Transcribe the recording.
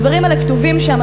הדברים האלה כתובים שם.